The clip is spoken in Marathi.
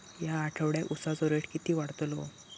या आठवड्याक उसाचो रेट किती वाढतलो?